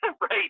Right